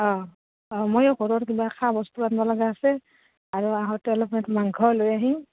অঁ অঁ ময়ো ঘৰত কিবা খোৱা বস্তু আনব লগা আছে আৰু আহোঁতে অলপ মাংস লৈ আহিম